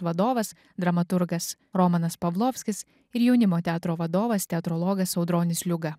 vadovas dramaturgas romanas pavlovskis ir jaunimo teatro vadovas teatrologas audronis liuga